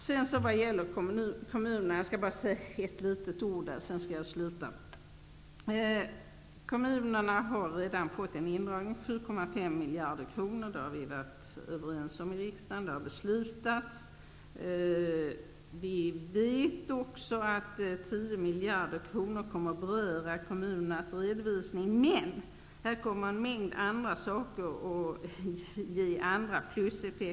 Jag skall innan jag avslutar mitt anförande också säga något litet om kommunerna. Dessa har redan fått en indragning av 7,5 miljarder kronor. Det har vi varit överens om i riksdagen och beslutat genomföra. Vi pekade också på att 10 miljarder kronor kommer att beröra kommunernas redovisning. En mängd andra saker kommer dock att ge pluseffekter.